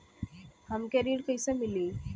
हमके ऋण कईसे मिली?